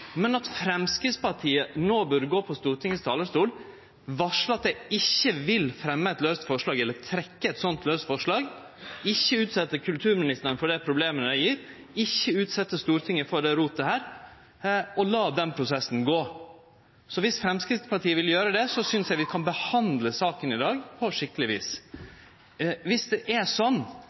men at Framstegspartiet no må gå på talarstolen i Stortinget, varsle at dei ikkje vil fremje eit laust forslag, eller at dei vil trekkje eit slikt laust forslag, og ikkje utsetje kulturministeren for dei problema det gjev, ikkje utsetje Stortinget for dette rotet, og la prosessen gå. Viss Framstegspartiet vil gjere det, synest eg at vi kan behandle saka i dag